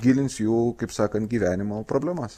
gilins jų kaip sakant gyvenimo problemas